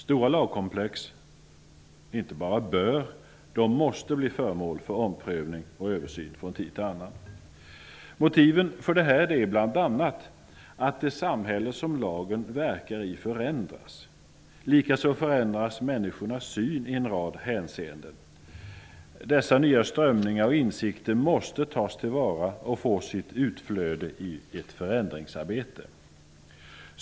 Stora lagkomplex inte bara bör utan måste bli föremål för omprövning och översyn från tid till annan. Motiven till detta är bl.a. att det samhälle som lagen verkar i förändras. Likaså förändras människornas syn i en rad hänseenden. Dessa nya strömningar och insikter måste tas till vara och få sitt utflöde i ett förändringsarbete.